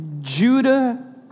Judah